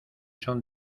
son